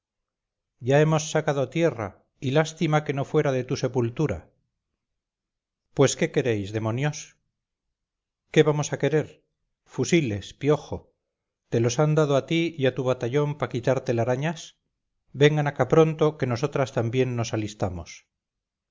ya hemos sacado tierra y lástima que no fuera de tu sepultura pues qué queréis demonios qué hamos de querer fusiles piojo te los han dado a ti y a tu batallón pa quitar telarañas vengan acá pronto que nosotras también nos alistamos